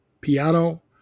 piano